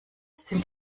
sind